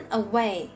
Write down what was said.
away